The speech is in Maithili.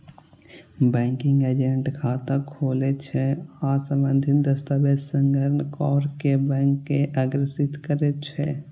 बैंकिंग एजेंट खाता खोलै छै आ संबंधित दस्तावेज संग्रह कैर कें बैंक के अग्रसारित करै छै